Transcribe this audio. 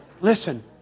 listen